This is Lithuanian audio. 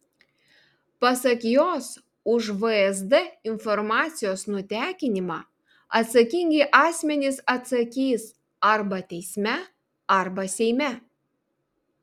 pasak jos už vsd informacijos nutekinimą atsakingi asmenys atsakys arba teisme arba seime